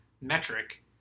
metric